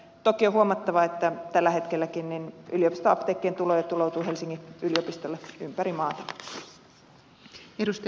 toki on huomattava että tällä hetkelläkin yliopistoapteekkien tuloja tuloutuu helsingin yliopistolle ympäri maata